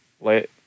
let